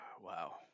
Wow